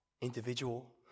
individual